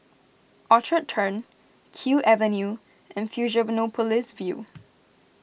Orchard Turn Kew Avenue and Fusionopolis View